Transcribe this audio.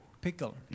pickle